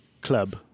club